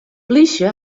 plysje